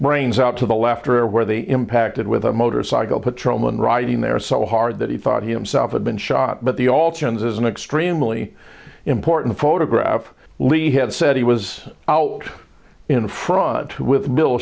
brains out to the laughter where they impacted with the motorcycle patrolmen riding there so hard that he thought he himself had been shot but the all turns is an extremely important photograph levy had said he was out in front with bill